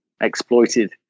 exploited